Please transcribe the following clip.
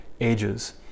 ages